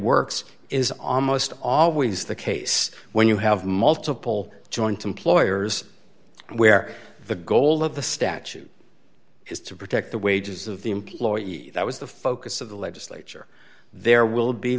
works is almost always the case when you have multiple joint employers where the goal of the statute is to protect the wages of the employee that was the focus of the legislature there will be